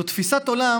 זאת תפיסת עולם